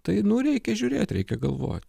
tai nu reikia žiūrėt reikia galvot